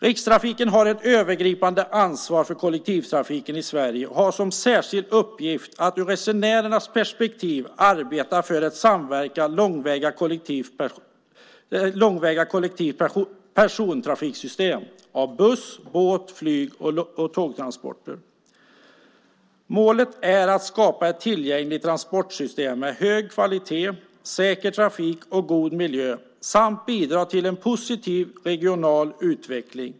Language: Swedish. Rikstrafiken har ett övergripande ansvar för kollektivtrafiken i Sverige och har som särskild uppgift att ur resenärernas perspektiv arbeta för en samverkan när det gäller långväga kollektivt persontrafiksystem med buss-, båt-, flyg och tågtransporter. Målet är att skapa ett tillgängligt transportsystem med hög kvalitet, säker trafik och god miljö samt bidra till en positiv regional utveckling.